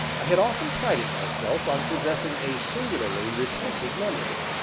i had often prided myself on possessing a singularly retentive memory,